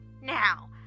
Now